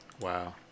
Wow